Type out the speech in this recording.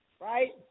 right